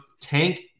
Tank